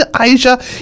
Asia